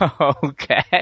Okay